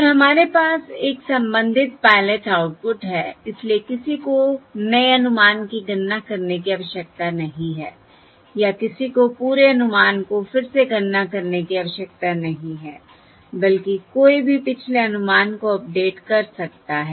और हमारे पास एक संबंधित पायलट आउटपुट है इसलिए किसी को नए अनुमान की गणना करने की आवश्यकता नहीं है या किसी को पूरे अनुमान को फिर से गणना करने की आवश्यकता नहीं है बल्कि कोई भी पिछले अनुमान को अपडेट कर सकता है